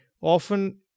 often